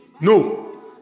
No